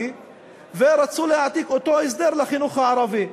ורצו להעתיק אותו לחינוך הערבי.